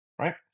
right